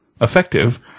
effective